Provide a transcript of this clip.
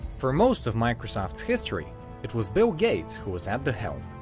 for most of microsoft's history it was bill gates who was at the helm.